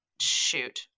Shoot